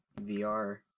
VR